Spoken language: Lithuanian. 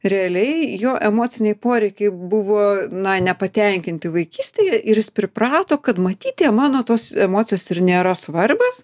realiai jo emociniai poreikiai buvo na nepatenkinti vaikystėje ir jis priprato kad matyt tie mano tos emocijos ir nėra svarbios